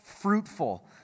fruitful